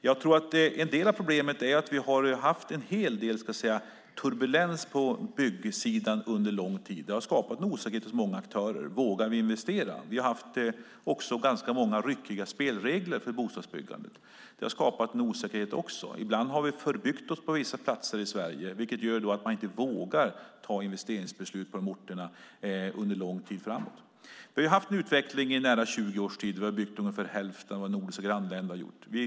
Jag tror att en del av problemet är att det har varit en hel del turbulens på byggsidan under lång tid. Det har skapat en osäkerhet hos många aktörer: Vågar vi investera? Det har också funnits ganska många ryckiga spelregler för bostadsbyggande. Det har skapat en osäkerhet. Ibland har man förbyggt sig på vissa platser i Sverige, vilket gör att man inte vågar ta investeringsbeslut på dessa orter under en lång tid framåt. Vi har haft en utveckling i nära 20 års tid där vi har byggt ungefär hälften av vad våra nordiska grannländer har gjort.